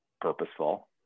purposeful